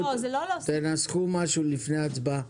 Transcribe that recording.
תנסחו משהו לפני ההצבעה.